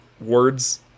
words